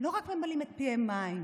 לא רק ממלאים את פיהם מים,